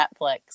Netflix